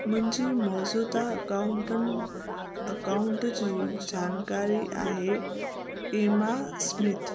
मुंहिंजी मौजूदा accountant account जी जानकारी आहे एमा सिमिथ